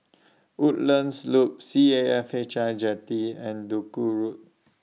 Woodlands Loop C A F H I Jetty and Duku Road